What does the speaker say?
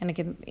and I can make